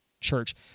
church